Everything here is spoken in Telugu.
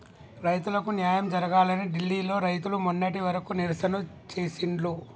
రైతులకు న్యాయం జరగాలని ఢిల్లీ లో రైతులు మొన్నటి వరకు నిరసనలు చేసిండ్లు